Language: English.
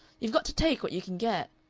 you've got to take what you can get.